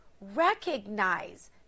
recognize